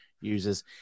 users